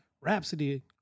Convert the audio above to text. Rhapsody